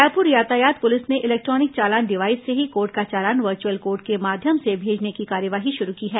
रायपुर यातायात पुलिस ने इलेक्ट्रॉनिक चालान डिवाईस से ही कोर्ट का चालान वर्चुअल कोर्ट से माध्मम से भेजने की कार्यवाही शुरू की है